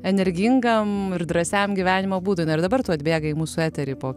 energingam ir drąsiam gyvenimo būdui na ir dabar tu atbėgai į mūsų eterį po